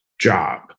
job